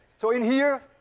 so in here,